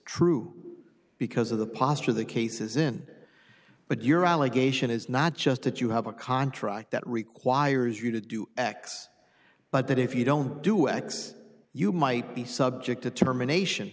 true because of the posture of the cases in it but your allegation is not just that you have a contract that requires you to do x but that if you don't do x you might be subject to termination